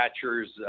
catchers